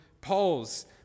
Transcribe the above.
Paul's